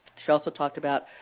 she also talked about